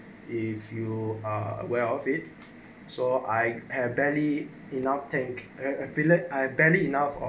if you are aware of it so I have barely enough tank ah affiliate I barely enough uh